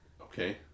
Okay